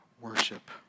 worship